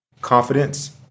confidence